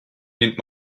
need